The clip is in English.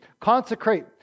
consecrate